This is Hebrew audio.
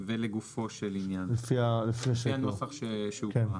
הצבעה אושר ולגופו של עניין לפי הנוסח שהוקרא.